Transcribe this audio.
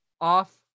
off